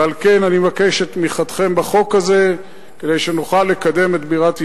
ועל כן אני מבקש את תמיכתכם בחוק הזה כדי שנוכל לקדם את בירת ישראל.